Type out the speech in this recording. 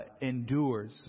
endures